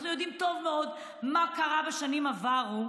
אנחנו יודעים טוב מאוד מה קרה בשנים עברו.